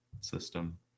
system